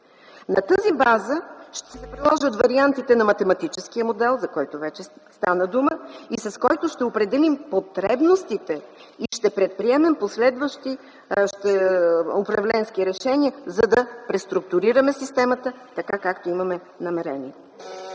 На тази база ще се приложат вариантите на математическия модел, за което вече стана дума и с който ще определим потребностите и ще предприемем последващи управленски решения, за да преструктурираме системата така, както имаме намерение.